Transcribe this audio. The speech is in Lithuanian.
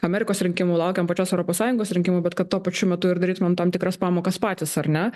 amerikos rinkimų laukiam pačios europos sąjungos rinkimų bet kad tuo pačiu metu ir darytumėm tam tikras pamokas patys ar ne